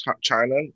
China